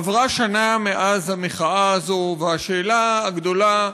עברה שנה מאז המחאה הזאת, והשאלה הגדולה: